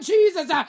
Jesus